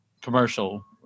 commercial